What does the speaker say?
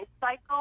cycle